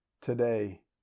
today